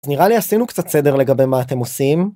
אז נראה לי עשינו קצת סדר לגבי מה אתם עושים